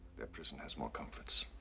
their prison has more comforts.